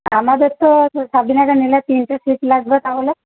আমাদের তো শাবিনাকে নিলে তিনটে সিট লাগবে তাহলে